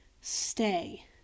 stay